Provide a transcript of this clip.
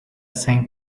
same